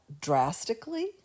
drastically